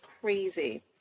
crazy